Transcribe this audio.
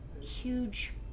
huge